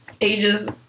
Ages